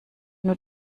nur